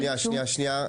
שנייה, שנייה.